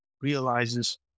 realizes